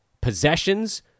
possessions